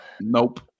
Nope